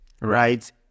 right